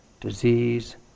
disease